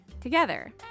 together